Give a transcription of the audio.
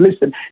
listen